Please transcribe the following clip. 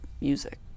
music